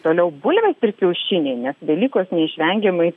toliau bulvės ir kiaušiniai nes velykos neišvengiamai